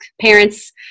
Parents